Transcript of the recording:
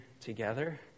together